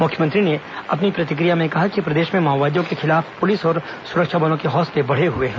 मुख्यमंत्री ने अपनी प्रतिक्रिया में कहा कि प्रदेश में माओवादियों के खिलाफ पुलिस और सुरक्षा बलों के हौसले बढ़े हुए हैं